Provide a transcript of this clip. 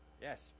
Yes